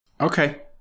Okay